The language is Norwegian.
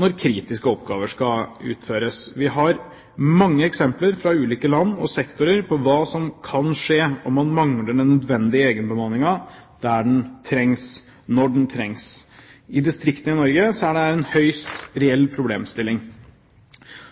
når kritiske oppgaver skal utføres. Vi har mange eksempler fra ulike land og sektorer på hva som kan skje om man mangler den nødvendige egenbemanningen der den trengs, når den trengs. I distriktene i Norge er det en høyst reell problemstilling.